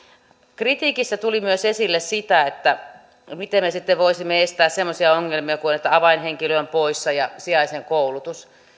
kritiikissä tuli myös esille sitä miten me sitten voisimme estää semmoisia ongelmia kuin että avainhenkilö on poissa ja sijaisen koulutus